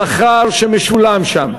השכר שמשולם שם,